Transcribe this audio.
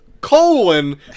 Colon